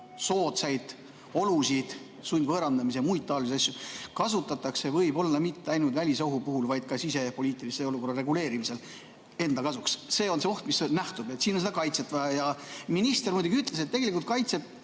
soodsaid [võimalusi], sundvõõrandamist ja muid taolisi asju, kasutatakse võib-olla mitte ainult välisohu puhul, vaid ka sisepoliitilise olukorra reguleerimisel enda kasuks. See on see oht, mis nähtub, ja siin on seda kaitset vaja. Minister muidugi ütles, et tegelikult kaitseb